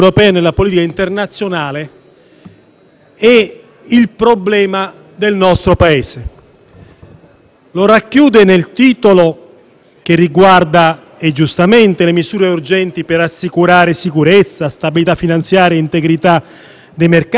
e il problema del nostro Paese. Lo racchiude nel titolo, che riguarda giustamente misure urgenti per garantire sicurezza, stabilità finanziaria, integrità dei mercati, e soprattutto per tutelare